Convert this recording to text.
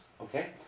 okay